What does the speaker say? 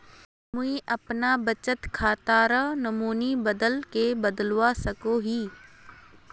मुई अपना बचत खातार नोमानी बाद के बदलवा सकोहो ही?